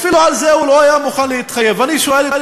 הפגישה הזו הייתה המשך